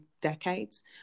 decades